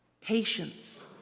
Patience